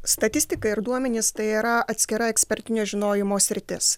statistika ir duomenys tai yra atskira ekspertinio žinojimo sritis